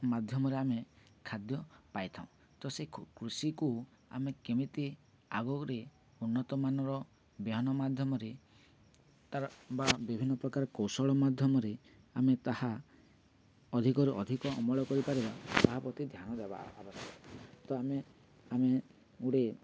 ମାଧ୍ୟମରେ ଆମେ ଖାଦ୍ୟ ପାଇଥାଉ ତ ସେ କୃଷିକୁ ଆମେ କେମିତି ଆଗରେ ଉନ୍ନତମାନର ବିହନ ମାଧ୍ୟମରେ ତା'ର ବା ବିଭିନ୍ନ ପ୍ରକାର କୌଶଳ ମାଧ୍ୟମରେ ଆମେ ତାହା ଅଧିକରେ ଅଧିକ ଅମଳ କରିପାରିବା ତାହା ପ୍ରତି ଧ୍ୟାନ ଦେବା ଆବ ତ ଆମେ ଆମେ ଗୁଡ଼େ